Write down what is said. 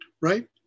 right